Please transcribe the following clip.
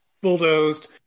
bulldozed